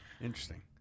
Interesting